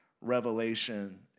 revelation